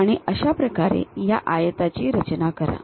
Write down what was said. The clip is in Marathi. आणि अशा प्रकारे ह्या आयताची रचना करा